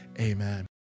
Amen